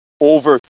over